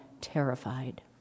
terrified